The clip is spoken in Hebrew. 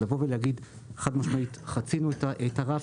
לבוא ולהגיד חד-משמעית שחצינו את הרף,